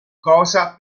cosa